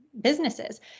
businesses